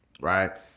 Right